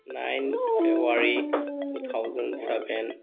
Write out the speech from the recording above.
nine February two thousand seven